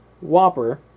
Whopper